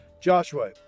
Joshua